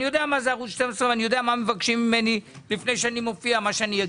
יודע מה זה ערוץ 12 ומה מבקשים ממני לפני שאני מופיע שם,